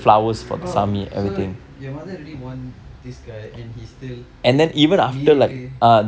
oh so your mother already warn this guy and he still மீறிட்டு:miirittu